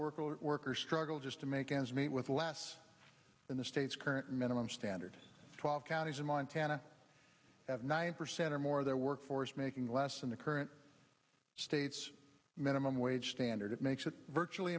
at work or struggle just to make ends meet with less than the state's current minimum standard twelve counties in montana have nine percent or more of their workforce making less than the current state's minimum wage standard it makes it virtually